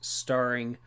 starring